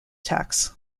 tax